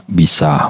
bisa